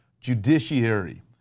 judiciary